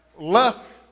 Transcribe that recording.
left